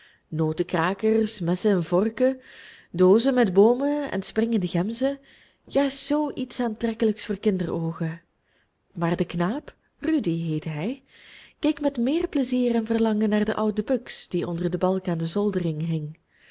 notenkrakers messen en vorken doozen met boomen en springende gemzen juist zoo iets aantrekkelijks voor kinderoogen maar de knaap rudy heette hij keek met meer plezier en verlangen naar de oude buks die onder den balk aan de zoldering hing